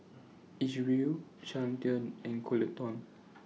Isreal Carleton and Coleton